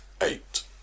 Eight